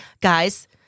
Guys